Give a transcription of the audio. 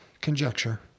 Conjecture